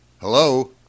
Hello